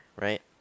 right